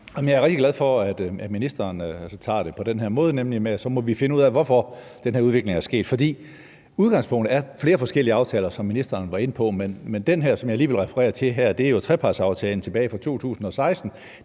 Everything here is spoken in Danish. Jeg er rigtig glad for, at ministeren tager det på den her måde, nemlig sådan, at vi så må finde ud af, hvorfor der er sket den her udvikling. For udgangspunktet er flere forskellige aftaler, som ministeren var inde på, men den aftale, jeg lige vil referere til her, er jo trepartsaftalen tilbage fra 2016,